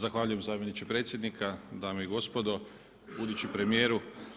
Zahvaljujem zamjeniče predsjednika, dame i gospodo, budući premijeru.